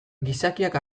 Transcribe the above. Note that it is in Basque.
gizakiak